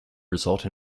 result